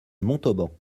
montauban